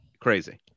Crazy